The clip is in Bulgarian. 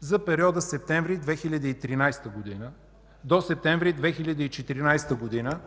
За периода септември 2013 г. до септември 2014 г.